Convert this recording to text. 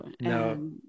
no